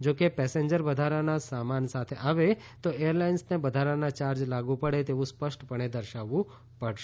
જો કે પેસેન્જર વધારાના સામાન સાથે આવે તો એરલાઇન્સને વધારાના ચાર્જ લાગુ પડે તેવું સ્પષ્ટપણે દર્શાવવું પડશે